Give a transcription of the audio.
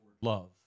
love